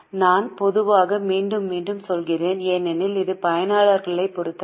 நான் பொதுவாக மீண்டும் மீண்டும் சொல்கிறேன் ஏனெனில் இது பயனர்களைப் பொறுத்தது